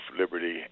liberty